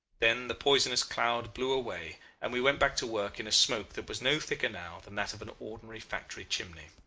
then the poisonous cloud blew away, and we went back to work in a smoke that was no thicker now than that of an ordinary factory chimney.